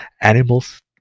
animals